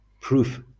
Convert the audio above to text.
proof